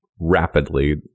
rapidly